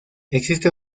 existe